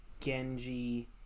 Genji